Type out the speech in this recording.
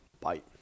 Bye